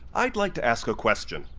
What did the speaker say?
i'd like to ask a question.